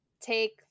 take